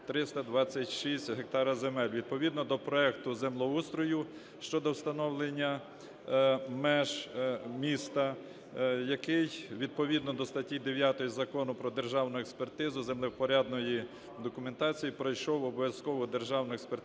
326 гектари земель. Відповідно до проекту землеустрою щодо встановлення меж міста, який відповідно до статті 9 Закону "Про державну експертизу землевпорядної документації" пройшов обов'язкову державну експертизу